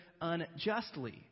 unjustly